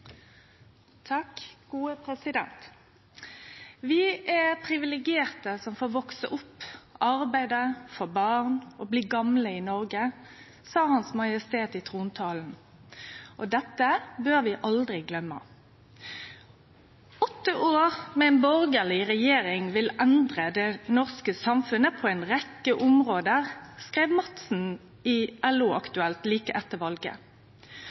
er privilegerte som får vokse opp, arbeide, få barn og bli gamle i Norge», sa Hans Majestet i trontalen. Dette bør vi aldri gløyme. «Åtte år med en borgerlig regjering vil endre det norske samfunnet på en rekke områder», skreiv Madssen i LO-Aktuelt like etter